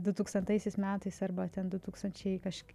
du tūkstantaisiais metais arba ten du tūkstančiai kažke